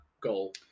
goal